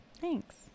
Thanks